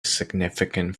significant